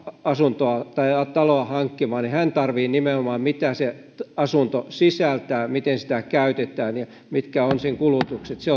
asuntoa tai taloa hankkimaan hän tarvitsee nimenomaan tietoa mitä se asunto sisältää miten sitä käytetään ja mitkä ovat sen kulutukset se